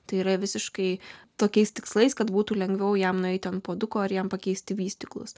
tai yra visiškai tokiais tikslais kad būtų lengviau jam nueiti ant puoduko ar jam pakeisti vystyklus